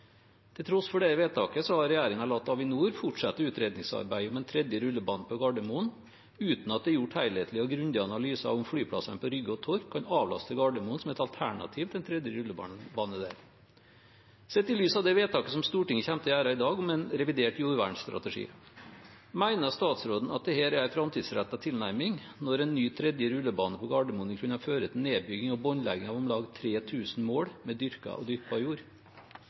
Til tross for det vedtaket har regjeringen latt Avinor fortsette utredningsarbeidet med en tredje rullebane på Gardermoen, uten at det er gjort noen helhetlig og grundig analyse av om flyplassene på Rygge og Torp kan avlaste Gardermoen som et alternativ til en tredje rullebane der. Sett i lys av vedtaket som Stortinget kommer til å gjøre i dag om en revidert jordvernstrategi: Mener statsråden at det er en framtidsrettet tilnærming når en ny tredje rullebane på Gardermoen vil kunne føre til nedbygging og båndlegging av om lag 3 000 mål dyrket og dyrkbar jord?